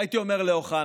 והייתי אומר לאוחנה: